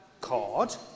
card